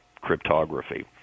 cryptography